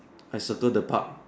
I circle the pub